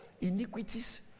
iniquities